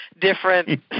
different